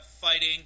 fighting